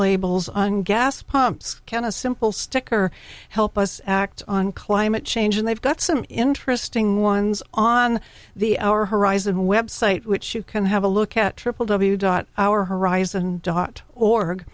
labels on gas pumps can a simple sticker help us act on climate change and they've got some interesting ones on the our horizon website which you can have a look at triple w dot our horizon dot org